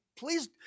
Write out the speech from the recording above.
Please